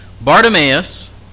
Bartimaeus